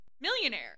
millionaire